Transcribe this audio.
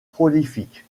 prolifique